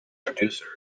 producer